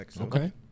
Okay